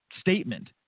statement